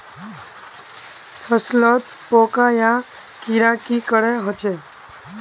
फसलोत पोका या कीड़ा की करे होचे?